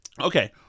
Okay